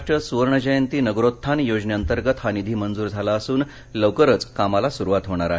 महाराष्ट्र सुवर्ण जयंती नगरोत्थान योजनेंतर्गत हा निधी मंजूर झाला असून लवकरच कामाला सुरूवात होणार आहे